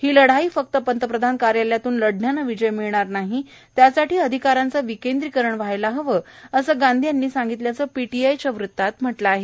ही लढाई फक्त पंतप्रधान कार्यालयातून लढण्याने विजय मिळणार नाही त्यासाठी अधिकारांचं विकेंद्रीकरण व्हायला हवं असंही गांधी यांनी सांगितल्याचं पीटीआयच्या वृत्तात म्हटलं आहे